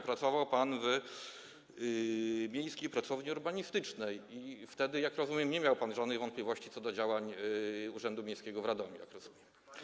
Pracował pan w Miejskiej Pracowni Urbanistycznej i wtedy, jak rozumiem, nie miał pan żadnych wątpliwości co do działań Urzędu Miejskiego w Radomiu.